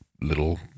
little